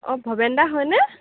অঁ ভবেন দা হয়নে